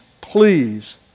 please